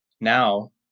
now